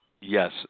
Yes